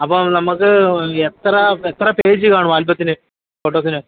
അപ്പം നമുക്ക് എത്ര എത്ര പേജ് കാണും ആൽബത്തിൽ ഫോട്ടോസിന്